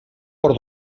por